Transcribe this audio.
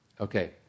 Okay